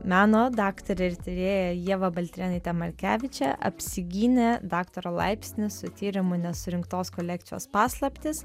meno daktarė ir tyrėja ieva baltrėnaitė markevičė apsigynė daktaro laipsnį su tyrimu nesurinktos kolekcijos paslaptys